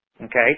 Okay